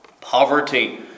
Poverty